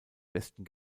besten